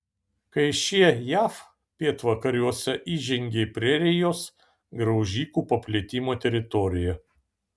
kai šie jav pietvakariuose įžengė į prerijos graužikų paplitimo teritoriją